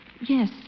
Yes